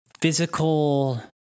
physical